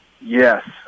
Yes